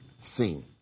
seen